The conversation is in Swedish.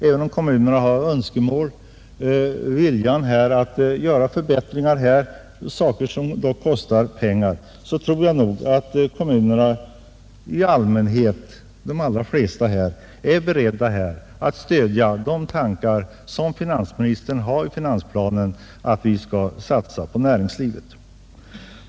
Även om kommunerna har viljan till förbättringar som kostar pengar, tror jag att de allra flesta av dem är beredda att stödja de tankar som finansministern för fram i finansplanen, nämligen att vi nu skall satsa på näringslivet.